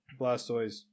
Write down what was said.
Blastoise